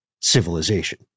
Civilization